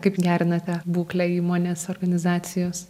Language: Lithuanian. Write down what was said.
kaip gerinate būklę įmonės organizacijos